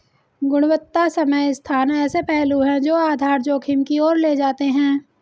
गुणवत्ता समय स्थान ऐसे पहलू हैं जो आधार जोखिम की ओर ले जाते हैं